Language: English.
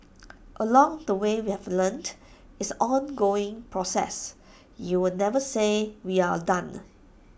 along the way we have learnt it's an ongoing process you will never say we're done